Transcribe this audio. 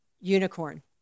unicorn